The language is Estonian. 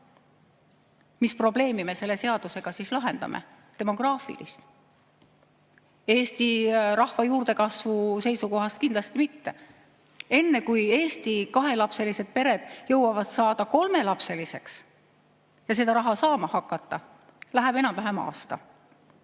Mis probleemi me selle seadusega siis lahendame? Demograafilist? Eesti rahva juurdekasvu seisukohast kindlasti mitte. Enne, kui eesti kahelapselised pered jõuavad saada kolmelapseliseks ja seda raha saama hakata, läheb enam-vähem aasta.